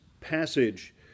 passage